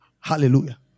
Hallelujah